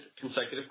consecutive